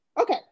Okay